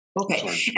Okay